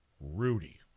Rudy